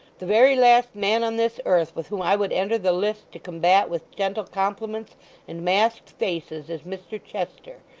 the very last man on this earth with whom i would enter the lists to combat with gentle compliments and masked faces, is mr chester,